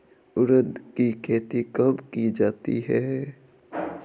उड़द की खेती कब की जाती है?